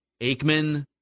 Aikman